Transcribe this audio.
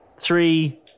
Three